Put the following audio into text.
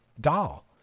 doll